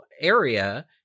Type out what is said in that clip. area